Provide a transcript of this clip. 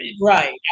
Right